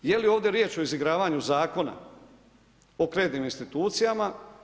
Je li ovdje riječ o izigravanju Zakona o kreditnim institucijama?